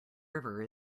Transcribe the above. river